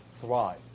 thrive